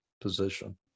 position